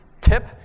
tip